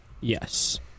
Yes